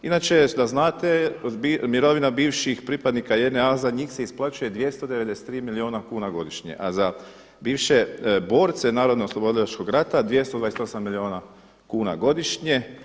Inače da znate mirovina bivših pripadnika JNA za njih se isplaćuje 293 milijuna kuna godišnje, a za bivše borce narodno oslobodilačkog rata 228 milijuna kuna godišnje.